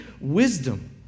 wisdom